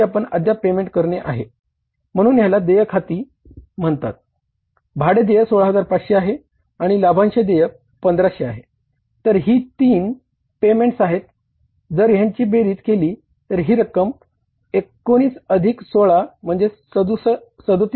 तर ही तीन पेमेंट्स आहेत जर ह्यांची बेरीज केली तर ही रक्कम 19 अधिक 16 म्हणजे 37000 येते